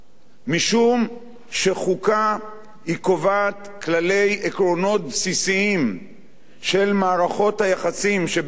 משום שחוקה קובעת כללי עקרונות בסיסיים של מערכות היחסים שבין הפרט